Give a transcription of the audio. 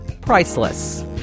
priceless